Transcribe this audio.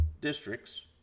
districts